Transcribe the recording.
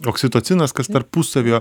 oksitocinas kas tarpusavio